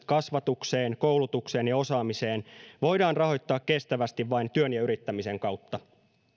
kasvatukseen koulutukseen ja osaamiseen voidaan rahoittaa kestävästi vain työn ja yrittämisen kautta